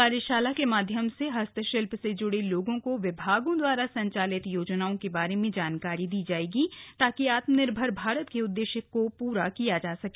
कार्याशाला के माध्यम से हस्तशिल्प से जुड़े लोगों को विभागों दवारा संचालित योजनाओं के बारे में जानकारी दी जाएगी ताकि आत्मनिर्भर भारत के उद्देश्य को पूरा किया जा सके